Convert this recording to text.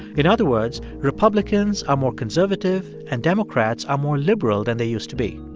in other words, republicans are more conservative, and democrats are more liberal than they used to be.